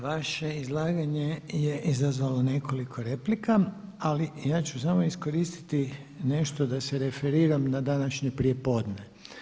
Vaše izlaganje je izazvalo nekoliko replika, ali ja ću samo iskoristiti nešto da se referiram na današnje prijepodne.